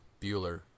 Bueller